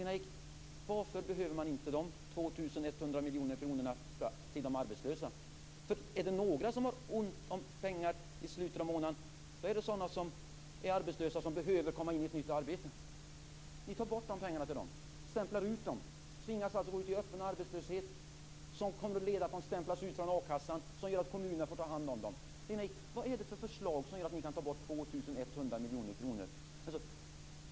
Varför behöver man inte de 2 100 miljoner kronorna till de arbetslösa? Är det några som har ont om pengar i slutet av månaden är det de som är arbetslösa och behöver komma in i ett nytt arbete. Ni tar bort pengarna för dem. Ni stämplar ut dem. De tvingas ut i öppen arbetslöshet som kommer att leda till att de stämplas ut från a-kassan, och det gör att kommunerna kommer att få ta hand om dem. Vad är det för förslag som gör att ni kan ta bort 2 100 miljoner kronor?